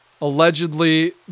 allegedly